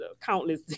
countless